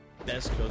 Best